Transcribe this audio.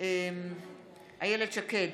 איילת שקד,